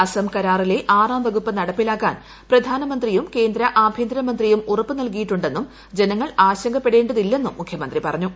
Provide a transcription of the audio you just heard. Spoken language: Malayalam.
അസം കരാറിലെ ആറാം വകുപ്പ് നടപ്പിലാക്കാൻ പ്രധാന്യമ്ത്തീയും കേന്ദ്ര ആഭ്യന്തരമന്ത്രിയും ഉറപ്പുനൽകിയിട്ടുണ്ടെന്നും ജീനങ്ങൾ ആശങ്കപ്പെടേണ്ടതില്ലെന്നും മുഖ്യമന്ത്രി പറഞ്ഞു